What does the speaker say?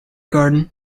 garden